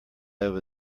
over